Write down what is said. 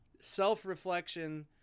self-reflection